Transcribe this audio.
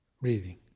breathing